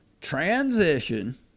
transition